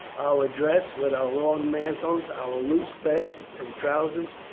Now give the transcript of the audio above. our dress, with our long mantles, our loose vests and trousers,